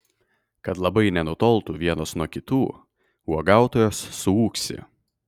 kad labai nenutoltų vienos nuo kitų uogautojos suūksi